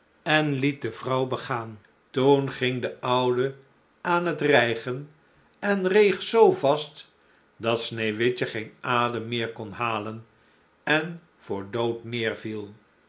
en liet de vrouw begaan toen ging de oude aan het rijgen en reeg zoo vast dat sneeuwwitje geen adem meer kon halen en voor dood